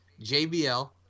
JBL